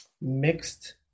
mixed